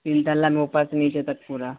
تین تھا لائن اوپر سے نیچے تک پورا